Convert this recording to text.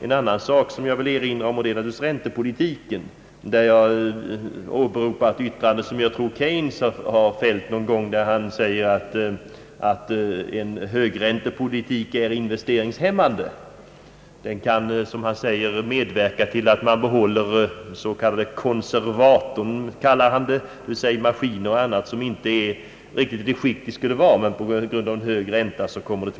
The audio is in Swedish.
En annan sak, som jag vill erinra om, är räntepolitiken. Jag tror det var Keynes som fällt yttrandet, att en hög räntepolitik är investeringshämmande. Den kan, som han säger, medverka till att man behåller en s.k. konservater, d.v.s. maskiner och annan utrustning som inte är i det skick de borde vara, men som man, på grund av hög ränta, behåller.